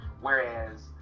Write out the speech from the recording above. Whereas